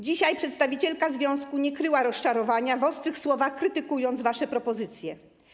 Dzisiaj przedstawicielka związku nie kryła rozczarowania, w ostrych słowach krytykując wasze propozycje.